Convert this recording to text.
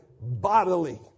bodily